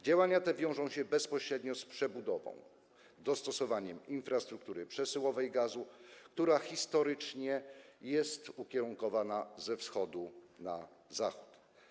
Działania te wiążą się bezpośrednio z przebudową - dostosowaniem - infrastruktury przesyłowej gazu, która historycznie jest ukierunkowana ze wschodu na zachód.